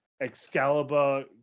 Excalibur